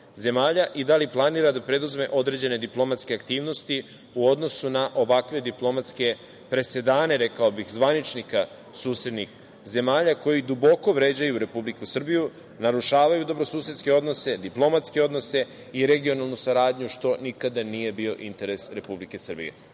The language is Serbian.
i da li planira da preduzme određene diplomatske aktivnosti u odnosu na ovakve diplomatske presedane, rekao bih, zvaničnika susednih zemalja koji duboko vređaju Republiku Srbiju, narušavaju dobrosusedske odnose, diplomatske odnose i regionalnu saradnju, što nikada nije bio interes Republike Srbije?